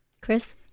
Chris